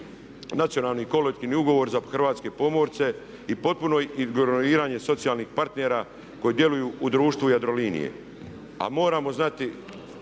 radu i kolektivni ugovor za hrvatske pomorce i potpuno ignoriranje socijalnih partnera koji djeluju u društvu Jadrolinije. A moramo znati